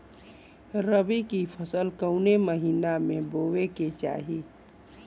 रबी की फसल कौने महिना में बोवे के चाही?